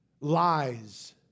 Lies